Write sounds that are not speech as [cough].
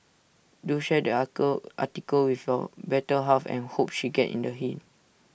do share the [unintelligible] article with your better half and hopes she get in the hint